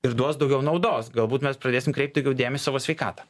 ir duos daugiau naudos galbūt mes pradėsim kreipt daugiau dėmesio savo sveikatą